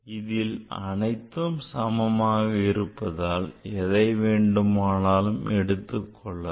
இதில் அனைத்தும் சமமாக இருப்பதால் எதை வேண்டுமானாலும் எடுத்துக் கொள்ளலாம்